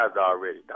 already